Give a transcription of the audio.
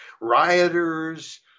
rioters